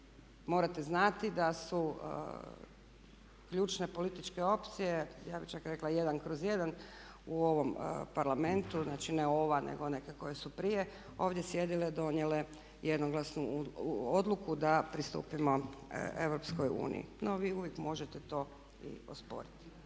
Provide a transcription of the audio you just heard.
morate znati da su ključne političke opcije, ja bih čak rekla 1/1 u ovom Parlamentu znači ne ova nego neke koje su prije ovdje sjedile donijele jednoglasnu odluku da pristupimo EU. No vi uvijek možete to i osporiti.